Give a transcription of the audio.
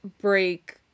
break